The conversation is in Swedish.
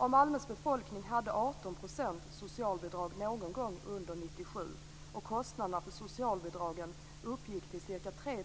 Av Malmös befolkning hade 18 % socialbidrag någon gång under 1997, och kostnaderna för socialbidragen uppgick till ca 3